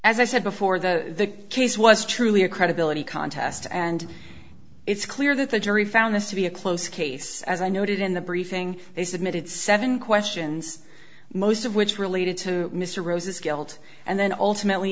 as i said before the case was truly a credibility contest and it's clear that the jury found this to be a close case as i noted in the briefing they submitted seven questions most of which related to mr rose's guilt and then ultimately